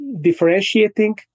differentiating